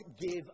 give